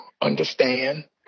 understand